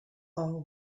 all